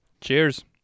cheers